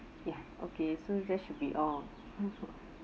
ya okay so there should be all mmhmm